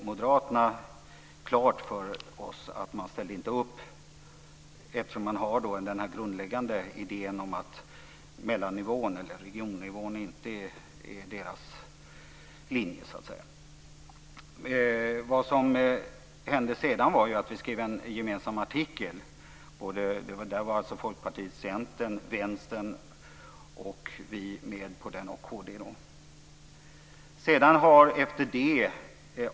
Moderaterna gjorde genast klart för oss att de inte ställde upp eftersom deras grundläggande idé är att mellannivån, regionnivån, inte är deras linje. Sedan skrev vi en gemensam artikel. Folkpartiet, Centern, Vänstern, vi i Miljöpartiet samt Kristdemokraterna var med på den.